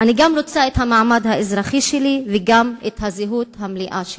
אני רוצה גם את המעמד האזרחי שלי וגם את הזהות המלאה שלי.